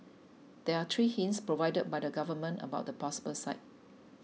there are three hints provided by the government about the possible site